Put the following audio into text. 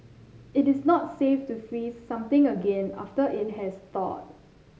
it is not safe to freeze something again after it has thawed